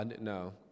No